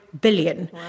billion